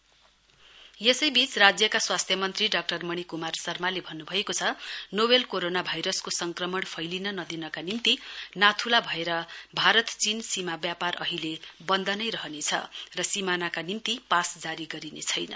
corona Sikkim यसै बीच राज्यका स्वास्थ्य मन्त्री डाक्टर मणिकुमार शर्माले भन्नु भएको छ नोवेल कोरोना भाइरसको संक्रमण फैलिन नदिनका निम्ति नाथुला भएर भारत चीन सीमा व्यापार अहिले बन्द नै रहनेछ र सीमानाका निम्ति अहिले पाल जारी गरिने छैन